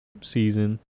season